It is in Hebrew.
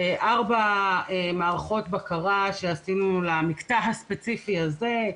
ארבע מערכות בקרה שעשינו למקטע הספציפי הזה,